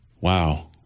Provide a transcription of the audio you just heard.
Wow